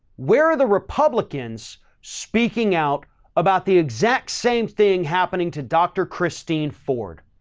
where are the republicans speaking out about the exact same thing happening to dr. christine ford?